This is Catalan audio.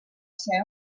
ser